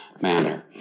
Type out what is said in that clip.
manner